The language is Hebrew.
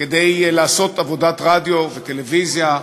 כדי לעשות עבודת רדיו וטלוויזיה,